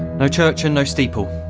no church and no steeple,